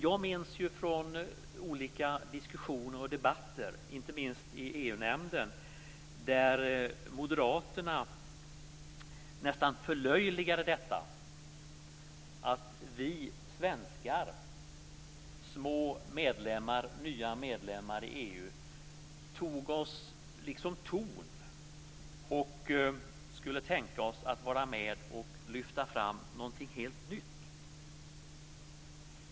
Jag minns från olika diskussioner och debatter, inte minst i EU-nämnden, att Moderaterna nästan förlöjligade detta att vi svenskar, nya små medlemmar i EU, tog oss ton och skulle tänka oss vara med och lyfta fram något helt nytt.